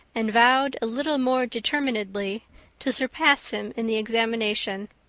and vowed a little more determinedly to surpass him in the examination.